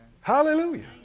hallelujah